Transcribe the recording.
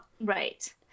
Right